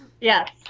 Yes